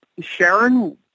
Sharon